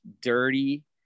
dirty